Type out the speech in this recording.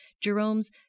Jerome's